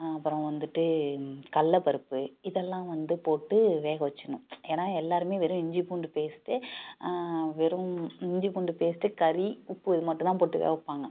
அப்புறம் வந்துட்டு கடலப் பருப்பு இதெல்லாம் வந்து போட்டு வேக வச்சுர்ணும் ஏன்னால் எல்லாேருமே வெறும் இஞ்சிப் பூண்டு பேஸ்ட்டு வெறும் இஞ்சிப் பூண்டு பேஸ்ட்டு கறி உப்பு இது மட்டும் தான் போட்டு வேக வைப்பாங்க